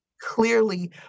clearly